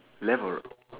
never